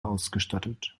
ausgestattet